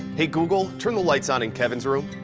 hey, google, turn the lights on in kevin's room.